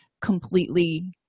completely